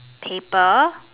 paper